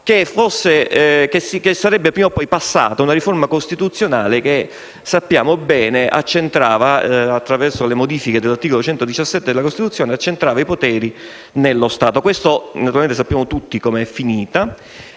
che sarebbe prima o poi passata una riforma costituzionale che, come sappiamo bene, attraverso le modifiche dell'articolo 117 della Costituzione accentrava i poteri nello Stato centrale. Ovviamente sappiamo tutti com'è finita.